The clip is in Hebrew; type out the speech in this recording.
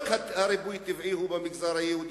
והריבוי הטבעי הוא לא רק במגזר היהודי,